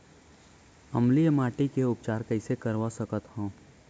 अम्लीय माटी के उपचार कइसे करवा सकत हव?